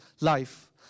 life